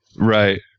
Right